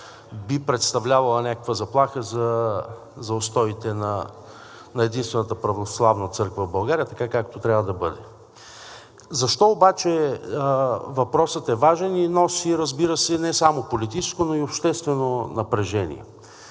би представлявала някаква заплаха за устоите на единствената православна църква в България, така както трябва да бъде. Защо обаче въпросът е важен и носи, разбира се, не само политическо, но и обществено напрежение?